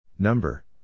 Number